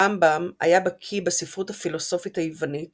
הרמב"ם היה בקיא בספרות הפילוסופית היוונית